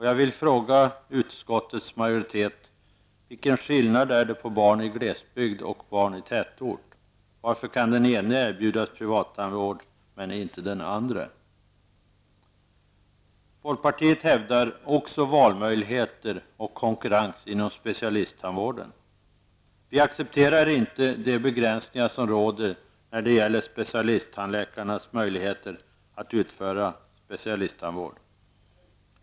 Jag vill fråga utskottets majoritet: Vilken skillnad är det på barn i glesbygd och barn i tätort, varför kan den ene erbjudas privattandvård men inte den andre? Folkpartiet hävdar också valmöjligheter och konkurrens inom specialisttandvården. Vi accepterar inte de begränsningar som råder när det gäller specialisttandläkarnas möjligheter att utföra specialisttandvård.